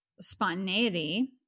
Spontaneity